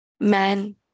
man